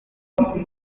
nyogokuru